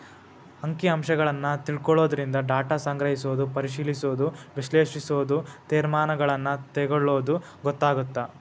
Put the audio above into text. ಅಂಕಿ ಅಂಶಗಳನ್ನ ತಿಳ್ಕೊಳ್ಳೊದರಿಂದ ಡಾಟಾ ಸಂಗ್ರಹಿಸೋದು ಪರಿಶಿಲಿಸೋದ ವಿಶ್ಲೇಷಿಸೋದು ತೇರ್ಮಾನಗಳನ್ನ ತೆಗೊಳ್ಳೋದು ಗೊತ್ತಾಗತ್ತ